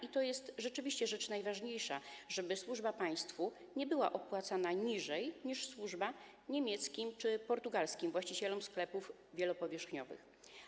I to jest rzeczywiście rzecz najważniejsza, żeby służba państwu nie była opłacana gorzej niż służba u niemieckich czy portugalskich właścicieli sklepów wielopowierzchniowych.